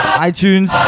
iTunes